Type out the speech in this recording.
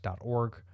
org